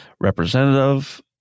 representative